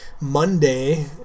Monday